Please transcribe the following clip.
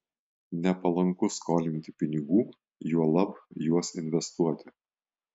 nepalanku skolinti pinigų juolab juos investuoti